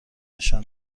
نشان